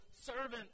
servant